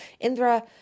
Indra